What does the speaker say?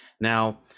Now